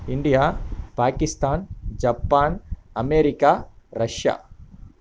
India Pakistan Japan America Russia